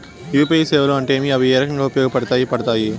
UPI సేవలు అంటే ఏమి, అవి ఏ రకంగా ఉపయోగపడతాయి పడతాయి?